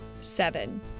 seven